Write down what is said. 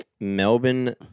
Melbourne